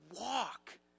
walk